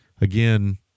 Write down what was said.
again